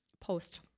post